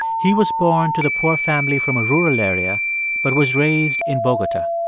he was born to the poor family from a rural area but was raised in bogota.